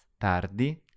Tardi